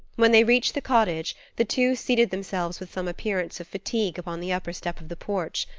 when they reached the cottage, the two seated themselves with some appearance of fatigue upon the upper step of the porch,